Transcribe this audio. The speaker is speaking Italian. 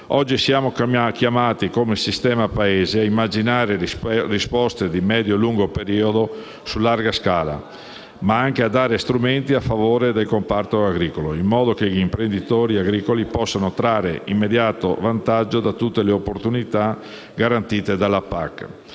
Oggi siamo chiamati, come sistema Paese, a immaginare risposte di medio-lungo periodo su larga scala, ma anche a dare strumenti a favore del comparto agricolo, in modo che gli imprenditori agricoli possano trarre immediato vantaggio da tutte le opportunità garantite dalla PAC.